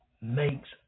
makes